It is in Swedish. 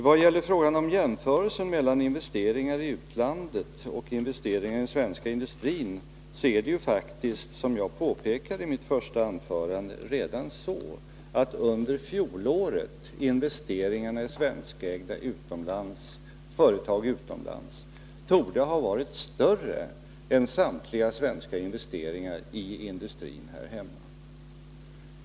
Vad gäller frågan om jämförelsen mellan investeringar i utlandet och investeringar i den svenska industrin är det ju faktiskt redan så, som jag påpekade i mitt första anförande, att investeringarna i svenskägda företag utomlands under fjolåret torde ha varit större än samtliga svenska investeringar i industrin här hemma.